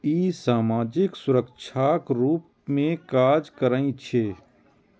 ई सामाजिक सुरक्षाक रूप मे काज करै छै